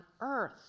earth